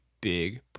big